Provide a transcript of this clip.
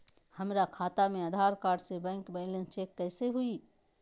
हमरा खाता में आधार कार्ड से बैंक बैलेंस चेक कैसे हुई?